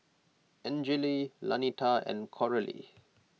Angele Lanita and Coralie